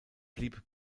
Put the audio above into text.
blieb